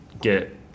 get